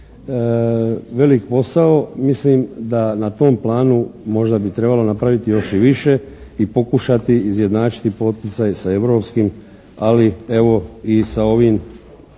velik posao, mislim da na tom planu možda bi trebalo napraviti još i više i pokušati izjednačiti poticaje sa europskim ali evo, i sa ovim